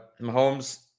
mahomes